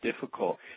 difficult